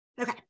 Okay